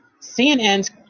CNN's